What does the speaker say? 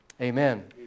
amen